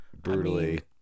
Brutally